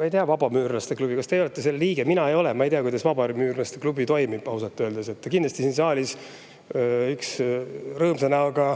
Ma ei tea vabamüürlaste klubi. Kas teie olete selle liige? Mina ei ole, ma ei tea, kuidas vabamüürlaste klubi toimib ausalt öeldes. Kindlasti siin saalis … Üks rõõmsa näoga